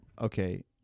Okay